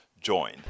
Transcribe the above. join